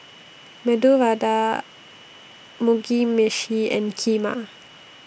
Medu Vada Mugi Meshi and Kheema